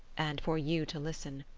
and for you to listen.